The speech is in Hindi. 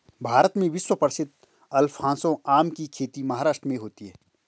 भारत में विश्व प्रसिद्ध अल्फांसो आम की खेती महाराष्ट्र में होती है